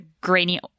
grainy